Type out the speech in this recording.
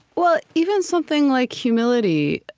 well, even something like humility,